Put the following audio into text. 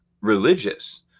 religious